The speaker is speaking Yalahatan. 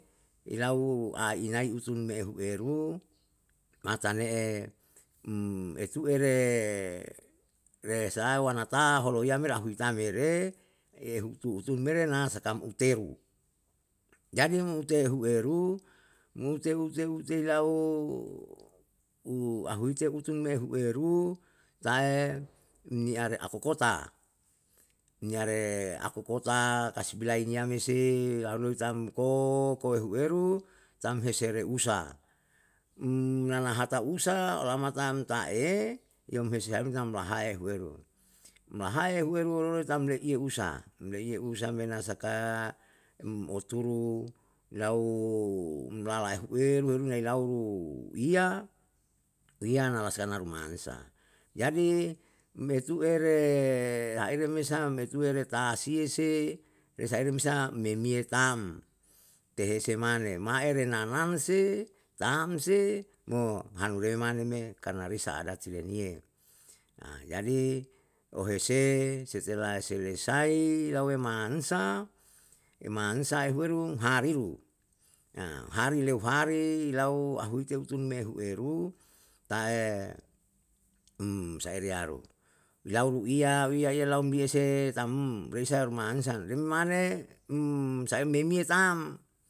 Ilau a inai usun eru eru matanee um esuere resaa wanata holoyame lahutamere ehu utu utu mere na saka muuteru jadi muuteru heru um te ute ute ute lao u au hute um meru tae um yare ahu kota, yare ahu kota kasbilaiyam mese lalu tamko koehu eru tamse hereusa um nanahatausa lamatam tae yamhesem naham lahae huheru, lahae huheru rutam yehusa lehu yehusa me ya nasaka um uturu lau lala uheru heru lau hiya lanasarumansa jadi me suere hairemesan mesu here tasiyese rasaimesan memiyetam tehise mane maine ramanse tamse mo hanuremane karena risa ada celenie jadi ohese setelah selesai lawe mahansa, mahasan u herun herun hariru hari leu hari lau ahute utun mehueru tae um sariyaru yau uriya iya iya laum yese tam risa rumansa rim mane um saim miyemiyatam